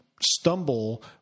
stumble